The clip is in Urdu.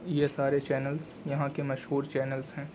یہ سارے چینلس یہاں کے مشہور چینلس ہیں